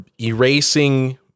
erasing